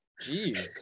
Jeez